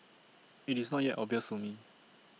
IT is not yet obvious to me